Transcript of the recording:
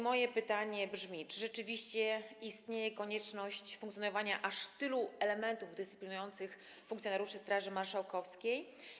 Moje pytanie brzmi: Czy rzeczywiście istnieje konieczność funkcjonowania aż tylu elementów dyscyplinujących funkcjonariuszy Straży Marszałkowskiej?